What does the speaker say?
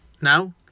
Now